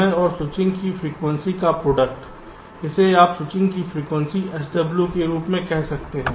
समय और स्विचन की फ्रीक्वेंसी का प्रोडक्ट इसे आप स्विचन की फ्रीक्वेंसी SW के रूप में कह सकते हैं